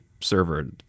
server